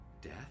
Death